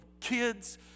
kids